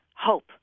hope